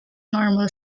normal